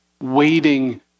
waiting